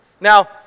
Now